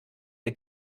der